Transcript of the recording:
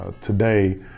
today